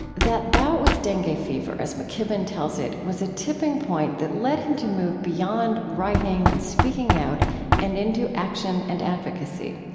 that bout with dengue fever, as mckibben tells it, was a tipping point that led him to move beyond writing and speaking out and into action and advocacy.